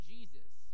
Jesus